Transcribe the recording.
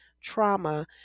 trauma